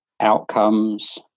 outcomes